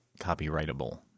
copyrightable